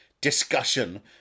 discussion